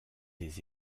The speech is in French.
des